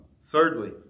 Thirdly